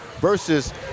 versus